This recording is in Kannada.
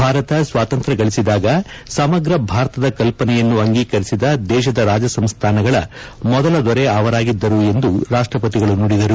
ಭಾರತ ಸ್ವಾತಂತ್ರ್ಯಗಳಿಸಿದಾಗ ಸಮಗ್ರ ಭಾರತದ ಕಲ್ಪನೆಯನ್ನು ಅಂಗೀಕರಿಸಿದ ದೇಶದ ರಾಜ ಸಂಸ್ಥಾನಗಳ ಮೊದಲ ದೊರೆ ಅವರಾಗಿದ್ದರು ಎಂದು ರಾಷ್ಟಪತಿಗಳು ನುಡಿದರು